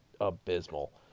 abysmal